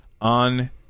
on